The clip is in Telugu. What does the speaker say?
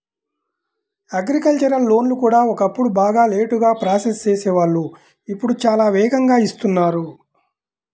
అగ్రికల్చరల్ లోన్లు కూడా ఒకప్పుడు బాగా లేటుగా ప్రాసెస్ చేసేవాళ్ళు ఇప్పుడు చాలా వేగంగా ఇస్తున్నారు